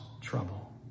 trouble